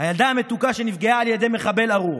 הילדה המתוקה שנפגעה על ידי מחבל ארור,